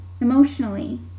emotionally